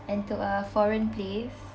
and to a foreign place